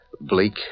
bleak